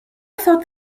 thought